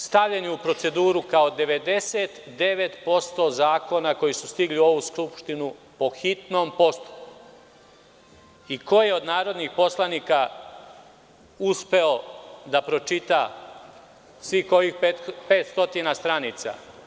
Stavljeni u proceduru kao 99% zakona koji su stigli u ovu Skupštinu po hitnom postupku i ko je od narodnih poslanika uspeo da pročita svih ovih pet stotina stranica.